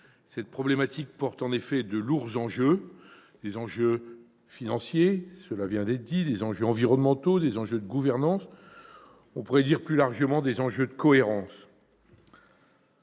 Cette problématique porte en effet de lourds enjeux : des enjeux financiers, comme cela vient d'être rappelé, des enjeux environnementaux, des enjeux en termes de gouvernance et, plus largement, des enjeux de cohérence